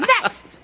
Next